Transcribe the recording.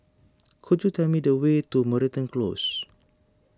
could you tell me the way to Moreton Close